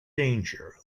danger